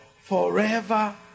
forever